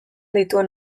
dituen